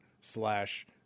slash